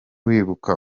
wibuka